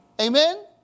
Amen